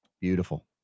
Beautiful